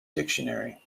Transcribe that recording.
dictionary